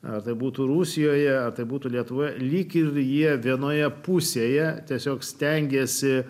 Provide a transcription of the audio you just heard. ar tai būtų rusijoje tai būtų lietuvoje lyg ir jie vienoje pusėje tiesiog stengiasi